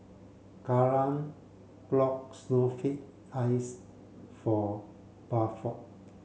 Karan bought snowflake ice for Buford